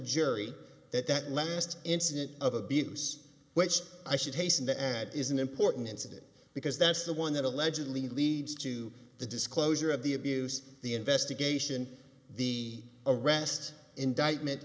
jury that that last incident of abuse which i should hasten to add is an important incident because that's the one that allegedly leads to the disclosure of the abuse the investigation the arrest indictment